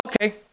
Okay